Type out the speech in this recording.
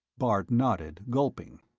bart nodded, gulping.